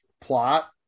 plot